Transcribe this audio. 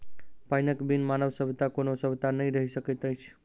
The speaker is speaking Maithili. पाइनक बिन मानव सभ्यता के कोनो सभ्यता नै रहि सकैत अछि